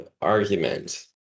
argument